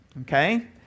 okay